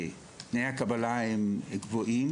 תנאי הקבלה הם גבוהים.